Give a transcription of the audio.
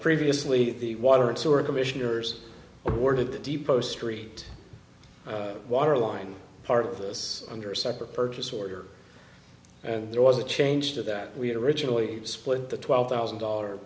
previously the water and sewer commissioners ordered the depot street water line part of this under a separate purchase order and there was a change to that we had originally split the twelve thousand dollar